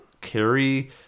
carry